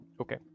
Okay